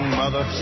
mother